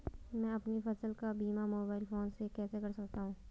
मैं अपनी फसल का बीमा मोबाइल फोन से कैसे कर सकता हूँ?